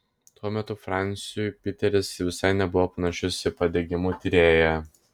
tuo metu franciui piteris visai nebuvo panašus į padegimų tyrėją